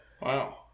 Wow